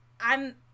I'm-